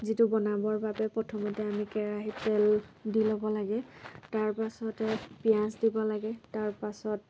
যিটো বনাবৰ বাবে প্ৰথমতে আমি কেৰাহীত তেল দি ল'ব লাগে তাৰ পাছতে পিয়াজ দিব লাগে তাৰপাছত